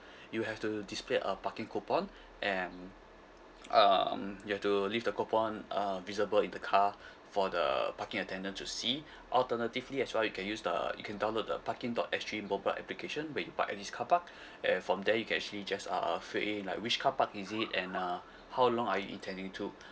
you have to display a parking coupon and um you have to leave the coupon uh visible in the car for the parking attendant to see alternatively as well you can use the you can download the parking dot S G mobile application when you park at this car park and from there you can actually just uh fill in like which car park is it and uh how long are you intending to